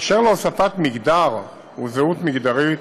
אשר להוספת "מגדר" ו"זהות מגדרית"